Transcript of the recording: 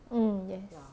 mm yes